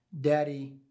Daddy